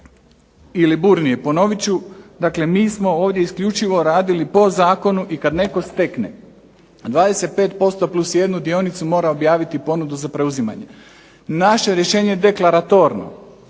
Liburnije, ponovit ću mi smo ovdje isključivo radili po zakonu, i kada netko stekne 25% plus jednu dionicu mora objaviti ponudu za preuzimanje, naše rješenje je deklaratorno.